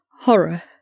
horror